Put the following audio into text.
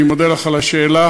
אני מודה לך על השאלה.